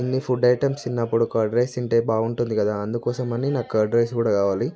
ఇన్ని food items తిన్నప్పుడు curd rice తింటే బాగుంటుంది కదా అందుకోసం అని నాకు కర్డ్ రైస్ కూడా కావాలి